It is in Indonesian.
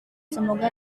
semoga